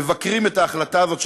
מבקרים את ההחלטה הזאת,